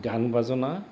গান বাজনা